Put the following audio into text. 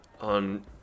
On